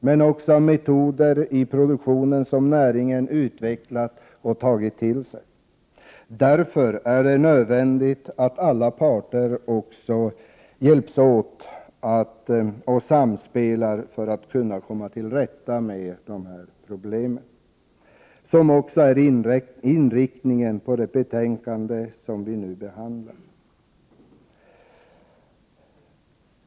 Men situationen beror också på att näringen utvecklat och tagit till sig nya metoder i produktionen. Det är därför nödvändigt att alla parter hjälps åt och samspelar för att vi skall komma till rätta med problemen. Detta är också inriktningen i det betänkande vi nu behandlar.